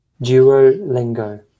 Duolingo